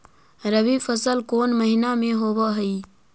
रबी फसल कोन महिना में होब हई?